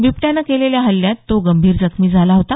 बिबट्यानं केलेल्या हल्यात तो गंभीर जखमी झाला होता